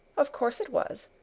of course it was.